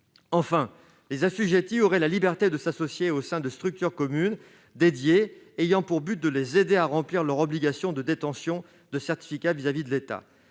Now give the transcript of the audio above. Enfin, les assujettis auraient la liberté de s'associer au sein de structures communes dédiées ayant pour but de les aider à remplir leur obligation de détention de CP vis-à-vis de l'État.